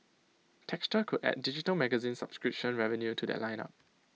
texture could add digital magazine subscription revenue to that line up